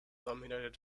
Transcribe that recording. nominated